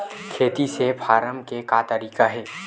खेती से फारम के का तरीका हे?